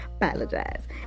Apologize